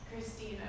Christina